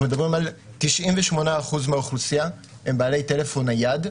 אנחנו מדברים על 98% מהאוכלוסייה שהם בעלי טלפון נייד,